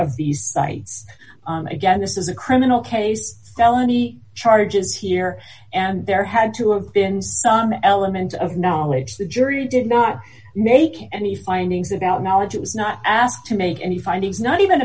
of these sites again this is a criminal case felony charges here and there had to have been some element of knowledge the jury did not make any findings about knowledge it was not asked to make any findings not even